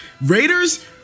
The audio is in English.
Raiders